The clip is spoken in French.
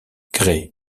gray